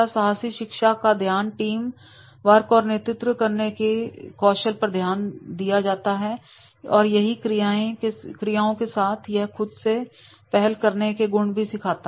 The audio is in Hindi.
साहसी शिक्षा का ध्यान टीम वर्क और नेतृत्व करने के कौशल पर ध्यान देता है और सही क्रियाओं के साथ यह खुद से पहल करने के गुण भी सिखाता है